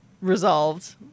resolved